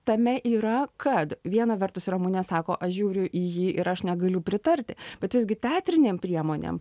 tame yra kad viena vertus ramunė sako aš žiūriu į jį ir aš negaliu pritarti bet visgi teatrinėm priemonėm